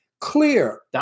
clear